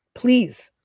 please.